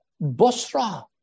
Bosra